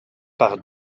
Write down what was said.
par